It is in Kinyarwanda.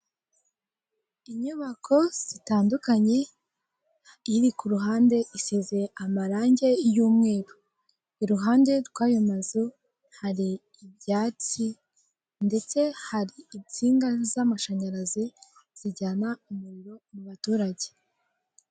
Inyubako zitandukanye, iri ku ruhande isize amarange y'umweru. I ruhande rw'ayo mazu hari ibyatsi, ndetse hari insinga y'amashanyarazi zijyana umiriro mu baturage